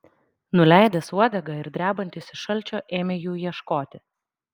nuleidęs uodegą ir drebantis iš šalčio ėmė jų ieškoti